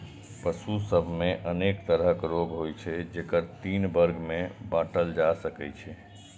पशु सभ मे अनेक तरहक रोग होइ छै, जेकरा तीन वर्ग मे बांटल जा सकै छै